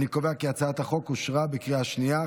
אני קובע כי הצעת החוק אושרה בקריאה שנייה.